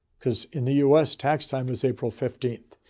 because in the us, tax time is april fifteenth.